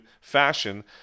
fashion